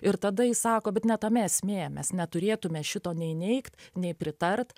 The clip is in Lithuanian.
ir tada jis sako bet ne tame esmė mes neturėtume šito nei neigt nei pritart